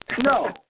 No